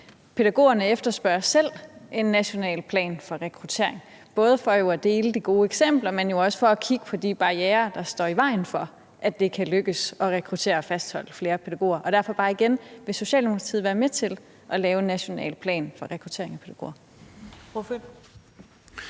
Pædagogerne efterspørger selv en national plan for rekruttering, både for at dele de gode eksempler, men jo også for at kigge på de barrierer, der står i vejen for, at det kan lykkes at rekruttere og fastholde flere pædagoger. Derfor spørger jeg bare igen: Vil Socialdemokratiet være med til at lave en national plan for rekruttering af pædagoger?